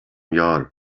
یار